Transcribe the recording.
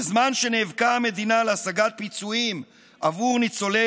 בזמן שנאבקה המדינה על השגת פיצויים עבור ניצולי